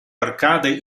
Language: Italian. arcade